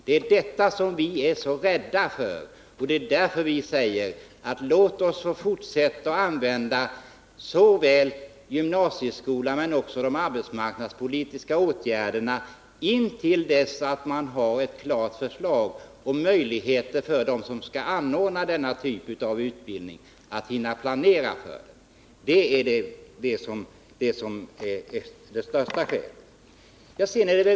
Det är detta som vi är så rädda för, och det är därför vi säger: Låt oss få fortsätta att använda såväl gymnasieskolan som de arbetsmarknadspolitiska åtgärderna till dess att man har ett klart förslag, som ger möjligheter för dem som skall anordna denna typ av utbildning att hinna planera för den. Det är det främsta skälet.